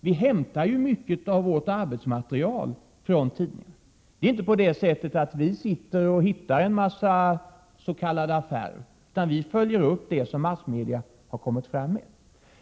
Vi hämtar mycket av vårt arbetsmaterial från tidningarna. Det är inte så, att vi sitter och hittar en mängd s.k. affärer, utan vi följer upp det som massmedia har kommit fram med.